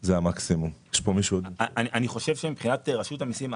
אני חשוב שמבחינת רשות המסים,